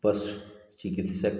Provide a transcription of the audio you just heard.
बस चिकित्सक